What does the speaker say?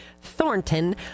Thornton